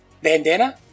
Bandana